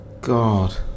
God